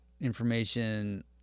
information